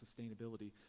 sustainability